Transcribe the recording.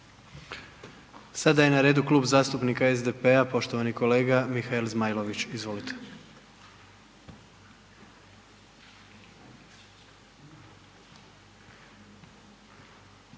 Sada je na redu Klub zastupnika SDP-a, poštovani kolega Mihael Zmajlović. Izvolite.